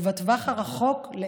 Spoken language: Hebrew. ובטווח הרחוק,